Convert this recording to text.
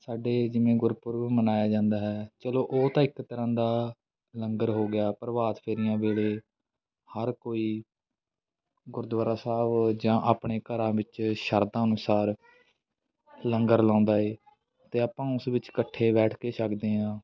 ਸਾਡੇ ਜਿਵੇਂ ਗੁਰਪੁਰਬ ਮਨਾਇਆ ਜਾਂਦਾ ਹੈ ਚਲੋ ਉਹ ਤਾਂ ਇੱਕ ਤਰ੍ਹਾਂ ਦਾ ਲੰਗਰ ਹੋ ਗਿਆ ਪ੍ਰਭਾਤ ਫੇਰੀਆਂ ਵੇਲੇ ਹਰ ਕੋਈ ਗੁਰਦੁਆਰਾ ਸਾਹਿਬ ਜਾਂ ਆਪਣੇ ਘਰਾਂ ਵਿੱਚ ਸ਼ਰਧਾ ਅਨੁਸਾਰ ਲੰਗਰ ਲਾਉਂਦਾ ਏ ਅਤੇ ਆਪਾਂ ਉਸ ਵਿੱਚ ਇਕੱਠੇ ਬੈਠ ਕੇ ਛਕਦੇ ਹਾਂ